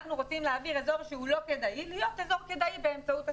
אנחנו רוצים להעביר אזור שהוא לא כדאי להיות אזור כדאי באמצעות התקצוב.